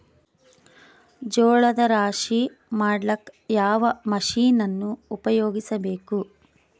ಜೋಳದ ರಾಶಿ ಮಾಡ್ಲಿಕ್ಕ ಯಾವ ಮಷೀನನ್ನು ಉಪಯೋಗಿಸಬೇಕು?